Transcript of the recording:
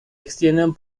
extienden